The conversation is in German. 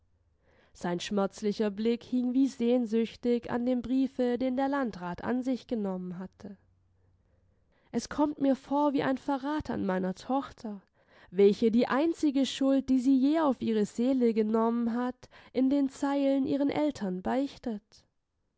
sein schmerzlicher blick hing wie sehnsüchtig an dem briefe den der landrat an sich genommen hatte es kömmt mir vor wie ein verrat an meiner tochter welche die einzige schuld die sie je auf ihre seele genommen hat in den zeilen ihren eltern beichtet